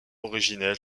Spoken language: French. originel